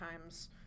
times